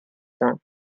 cents